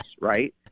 right